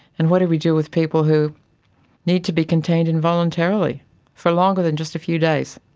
and what do we do with people who need to be contained involuntarily for longer than just a few days?